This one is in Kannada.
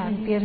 5